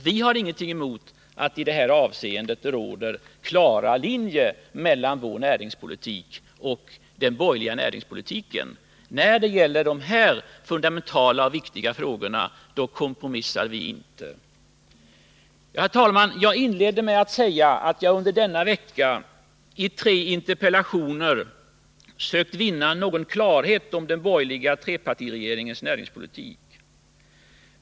Vi har ingenting emot att klara linjer som finns mellan vår näringspolitik och den borgerliga näringspolitiken klargörs ytterligare. När det gäller dessa fundamentala och viktiga frågor kompromissar vi inte. Herr talman! Jag inledde med att säga att jag under denna vecka i tre interpellationer sökt vinna någon klarhet om den borgerliga trepartiregeringens näringspolitik.